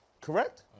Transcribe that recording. Correct